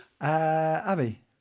Abby